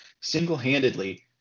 single-handedly